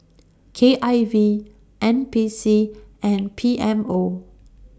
K I V N P C and P M O